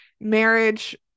marriage